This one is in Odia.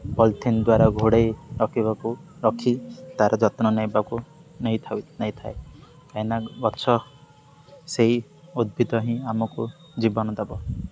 ପଲିଥିନ୍ ଦ୍ୱାରା ଘୋଡ଼େଇ ରଖିବାକୁ ରଖି ତାର ଯତ୍ନ ନେବାକୁ ନେଇଥାଏ କାହିଁକିନା ଗଛ ସେଇ ଉଦ୍ଭିଦ ହିଁ ଆମକୁ ଜୀବନ ଦେବ